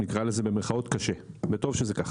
נקרא לזה "קשה", וטוב שזה ככה.